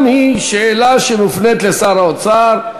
גם היא שאלה שמופנית לשר האוצר.